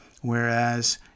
Whereas